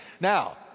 now